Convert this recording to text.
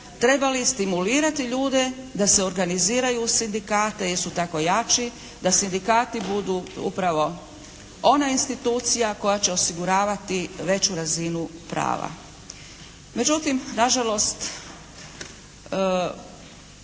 trebali stimulirati ljude da se organiziraju u sindikate jer su tako jači da sindikati budu upravo ona institucija koja će osiguravati veću razinu prava. Međutim, nažalost